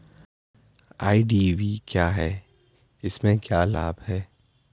IDV क्या है इसमें क्या लाभ है?